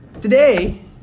today